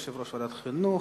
יושב-ראש ועדת החינוך,